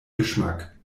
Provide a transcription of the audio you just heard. geschmack